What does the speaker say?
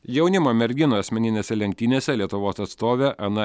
jaunimo merginų asmeninėse lenktynėse lietuvos atstovė ana